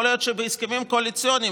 יכול להיות שבהסכמים קואליציוניים,